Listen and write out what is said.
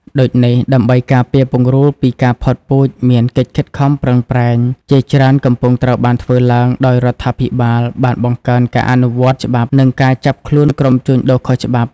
ដូចនេះដើម្បីការពារពង្រូលពីការផុតពូជ មានកិច្ចខិតខំប្រឹងប្រែងជាច្រើនកំពុងត្រូវបានធ្វើឡើង ដោយរដ្ឋាភិបាលបានបង្កើន ការអនុវត្តច្បាប់ និងការចាប់ខ្លួនក្រុមជួញដូរខុសច្បាប់។